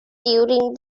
during